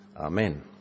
Amen